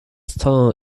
stone